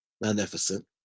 Magnificent